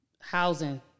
housing